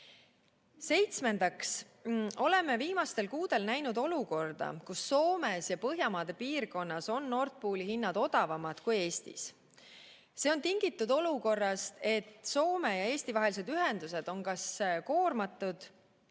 oleme viimastel kuudel näinud olukorda, kus Soomes ja Põhjamaade piirkonnas on Nord Pooli hinnad odavamad kui Eestis. See on tingitud olukorrast, et Soome ja Eesti vahelised ühendused on koormatud